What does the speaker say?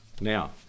now